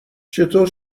چطور